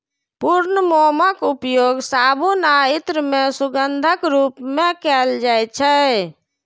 पूर्ण मोमक उपयोग साबुन आ इत्र मे सुगंधक रूप मे कैल जाइ छै